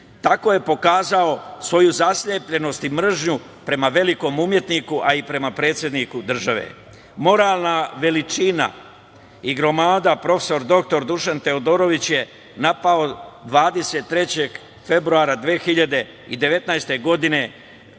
Tako je pokazao svoju zaslepljenost i mržnju prema velikom umetniku, a i prema predsedniku države. Moralna veličina i gromada, profesor dr Dušan Teodorović, je napao 23. februara 2019. godine